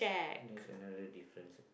there is another difference